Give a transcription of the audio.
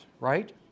right